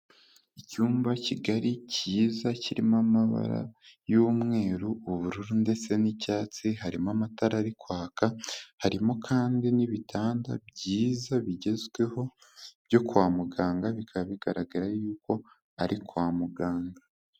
Icyumba kigari cyiza kirimo amabara y'umweru, ubururu ndetse n'icyatsi, harimo amatara ari kwaka, harimo kandi n'ibitanda byiza bigezweho byo kwa muganga, bikaba bigaragara yuko ari kwa muganga.